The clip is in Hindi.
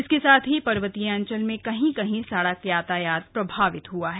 इसके साथ ही पर्वतीय अंचल में कहीं कहीं सड़क यातायात प्रभावित हुआ है